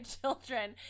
children